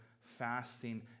fasting